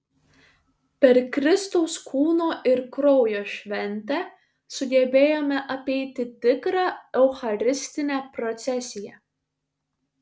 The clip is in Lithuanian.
per kristaus kūno ir kraujo šventę sugebėjome apeiti tikrą eucharistinę procesiją